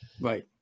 Right